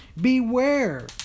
Beware